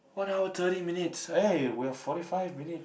one hour thirty minutes eh we are forty five minute